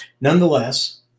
Nonetheless